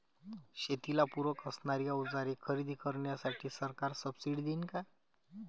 शेतीला पूरक असणारी अवजारे खरेदी करण्यासाठी सरकार सब्सिडी देईन का?